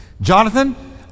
Jonathan